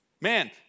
Man